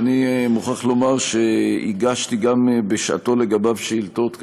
ואני מוכרח לומר שגם הגשתי לגביו שאילתות,